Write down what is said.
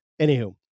anywho